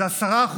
זה 10%,